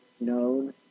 known